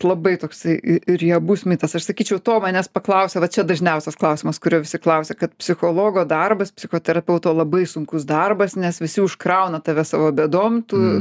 labai toksai i riebus mitas aš sakyčiau to manęs paklausia va čia dažniausias klausimas kurio visi klausia kad psichologo darbas psichoterapeuto labai sunkus darbas nes visi užkrauna tave savo bėdom tu